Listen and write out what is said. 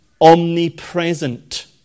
omnipresent